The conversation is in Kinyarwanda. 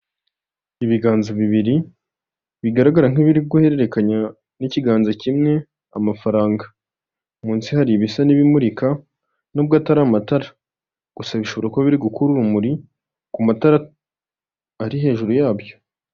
Ibiganza bibiri, bigaragara nk'ibiri guhererekanya n'ikiganza kimwe amafaranga. Munsi hari ibisa n'ibimurika, nubwo atari amatara. Kusa bishobora kuba biri gukura urumuri ku matara ari hejuru yabyo.